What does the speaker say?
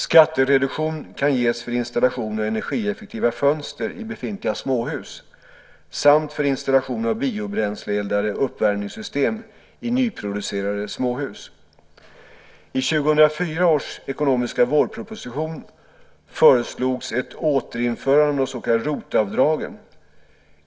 Skattereduktion kan ges för installation av energieffektiva fönster i befintliga småhus samt för installation av biobränsleeldade uppvärmningssystem i nyproducerade småhus. I 2004 års ekonomiska vårproposition föreslogs ett återinförande av de så kallade ROT-avdragen.